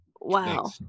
Wow